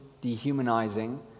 dehumanizing